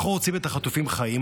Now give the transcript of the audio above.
אנחנו רוצים את החטופים חיים,